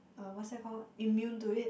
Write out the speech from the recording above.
uh what's that called immune to it